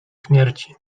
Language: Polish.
śmierci